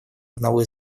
одного